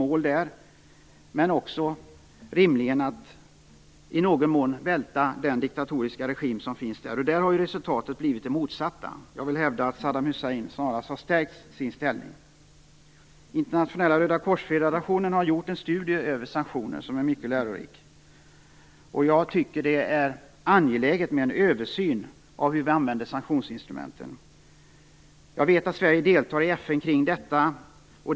Men det var också rimligen i någon mån att välta den diktatoriska regimen i Irak. Där har resultatet blivit det motsatta. Jag vill hävda att Saddam Hussein snarast har stärkt sin ställning. Internationella rödakorsfederationen har gjort en mycket lärorik studie över situationen. Jag tycker att det är angeläget med en översyn av hur vi använder sanktionsinstrumenten. Jag vet att Sverige deltar i arbetet kring detta i FN.